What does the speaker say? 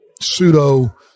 pseudo